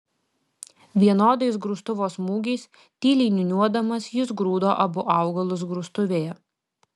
vienodais grūstuvo smūgiais tyliai niūniuodamas jis grūdo abu augalus grūstuvėje